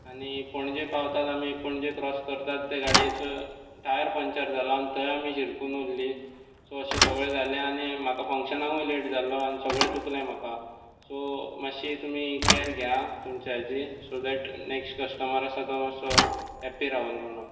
आनी पणजे पावतात आमी पणजे क्रोस करतात ते गाडयेचो टायर पंक्चर जालो आनी थंय आमी शिरकून उरलीं सो अशें सगळें जाले आनी म्हाकां फंक्शनाकूय लेट जालो आनी सगळें चुकलें म्हाका सो मातशीं तुमी कॅर घेयात तुमच्या हाची सो देट नॅक्स्ट कस्टमर आसा तो मातसो हॅपी रावूंदी म्हणून